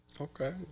Okay